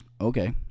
okay